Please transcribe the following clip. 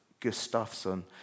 Gustafsson